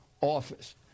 office